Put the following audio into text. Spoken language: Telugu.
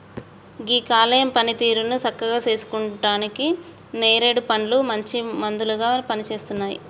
గీ కాలేయం పనితీరుని సక్కగా సేసుకుంటానికి నేరేడు పండ్లు మంచి మందులాగా పనిసేస్తున్నాయి